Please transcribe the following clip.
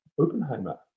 Oppenheimer